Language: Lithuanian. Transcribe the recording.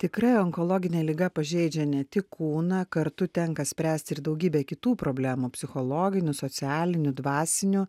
tikrai onkologinė liga pažeidžia ne tik kūną kartu tenka spręsti ir daugybę kitų problemų psichologinių socialinių dvasinių